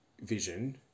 vision